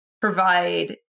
provide